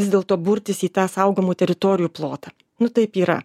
vis dėlto burtis į tą saugomų teritorijų plotą nu taip yra